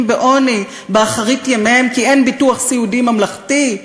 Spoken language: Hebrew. בעוני באחרית ימיהם כי אין ביטוח סיעודי ממלכתי.